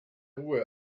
ruhe